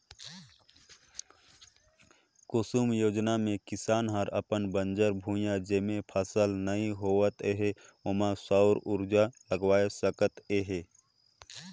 कुसुम योजना मे किसान हर अपन बंजर भुइयां जेम्हे फसल नइ होवत हे उहां सउर उरजा लगवाये सकत हे